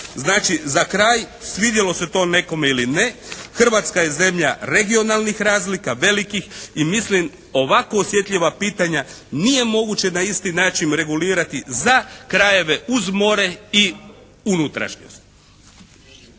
Znači, za kraj svidjelo se to nekome ili ne Hrvatska je zemlja regionalnih razlika, velikih i mislim ovako osjetljiva pitanja nije moguće na isti način regulirati za krajeve uz more i unutrašnjost.